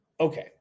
Okay